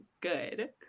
good